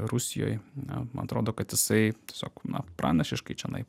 rusijoj na man atrodo kad jisai tiesiog na pranašiškai čionai